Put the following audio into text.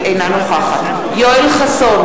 אינה נוכחת יואל חסון,